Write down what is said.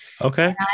Okay